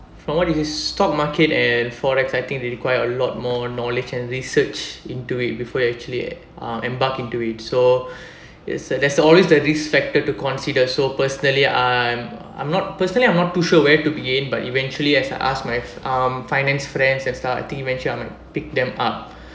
from what it is stock market and forex I think they require a lot more knowledge and research into it before you actually uh embark into it so it's that's there's always a risk factor to consider so personally I'm I'm not personally I'm not too sure where to begin but eventually as I asked my um finance friends and stuff I think eventually I'm going to pick them up